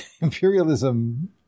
imperialism